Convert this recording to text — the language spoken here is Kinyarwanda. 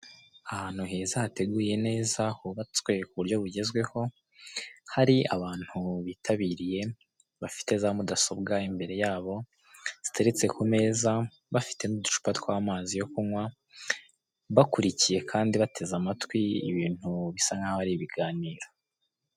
Ahantu heza hateguye neza, hubatswe ku buryo bugezweho, hari abantu bitabiriye bafite za mudasobwa imbere yabo ziteretse ku meza bafitemo uducupa tw'amazi yo kunywa bakurikiye kandi bateze amatwi ibintu bisa nkaho ari ibiganiro.